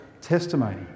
testimony